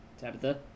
Tabitha